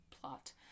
plot